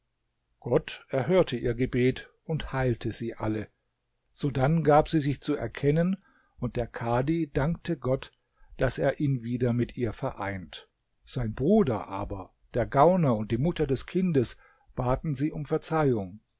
gott erhörte ihr gebet und heilte sie alle sodann gab sie sich zu erkennen und der khadi dankte gott daß er ihn wieder mit ihr vereint sein bruder aber der gauner und die mutter des kindes baten sie um verzeihung